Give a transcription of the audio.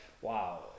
wow